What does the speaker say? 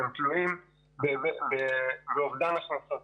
הם תלויים בדיווח על אובדן הכנסות.